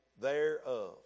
thereof